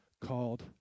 called